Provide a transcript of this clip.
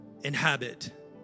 inhabit